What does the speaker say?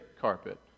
carpet